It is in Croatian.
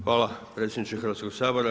Hvala predsjedniče Hrvatskog sabora.